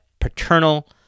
paternal